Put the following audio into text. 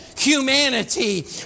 humanity